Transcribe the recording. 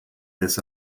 this